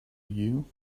you